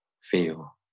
feel